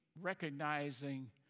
recognizing